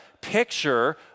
picture